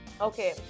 Okay